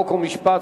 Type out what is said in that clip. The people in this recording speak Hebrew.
חוק ומשפט,